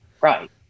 right